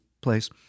place